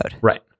Right